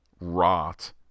rot